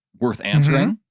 worth answering.